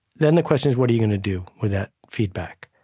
then the question is, what are you going to do with that feedback?